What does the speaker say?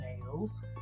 nails